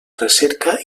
recerca